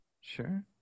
Sure